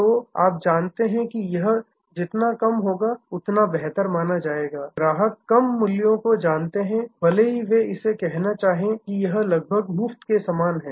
तो आप जानते हैं कि यह जितना कम होगा उतना बेहतर माना जाएगा ग्राहक कम मूल्यों को जानते हैं भले ही वे यह कहना चाहे कि यह लगभग मुफ्त के समान है